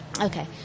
Okay